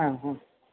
അ ആ